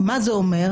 מה זה אומר?